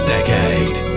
Decade